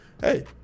hey